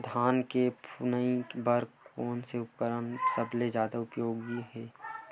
धान के फुनाई बर कोन से उपकरण सबले जादा उपयोगी हे?